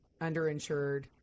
underinsured